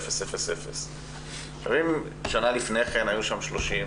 אם בשנה קודמת היו שם 30,